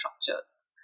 structures